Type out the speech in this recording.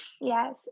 Yes